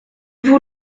vous